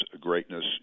greatness